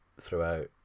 throughout